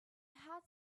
had